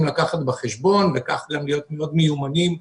לקחת בחשבון וכך גם להיות מיומנים מאוד.